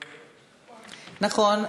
נכון,